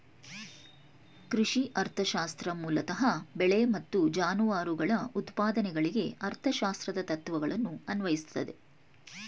ಕೃಷಿ ಅರ್ಥಶಾಸ್ತ್ರ ಮೂಲತಃ ಬೆಳೆ ಮತ್ತು ಜಾನುವಾರುಗಳ ಉತ್ಪಾದನೆಗಳಿಗೆ ಅರ್ಥಶಾಸ್ತ್ರದ ತತ್ವಗಳನ್ನು ಅನ್ವಯಿಸ್ತದೆ